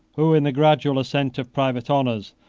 who, in the gradual ascent of private honors,